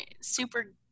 super